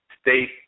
state